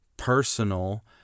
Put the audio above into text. personal